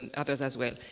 and others as well.